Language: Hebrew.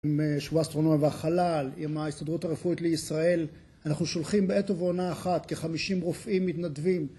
עם שבוע האסטרונומיה והחלל, עם ההסתדרות הרפואית לישראל, אנחנו שולחים בעת ובעונה אחת כ-50 רופאים מתנדבים